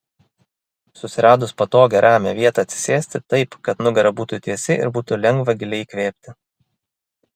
susiradus patogią ramią vietą atsisėsti taip kad nugara būtų tiesi ir būtų lengva giliai įkvėpti